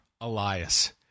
Elias